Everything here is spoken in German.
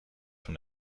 von